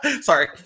Sorry